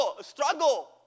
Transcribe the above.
struggle